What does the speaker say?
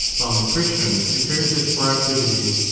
while nutrition prepares it for activity.